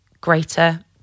greater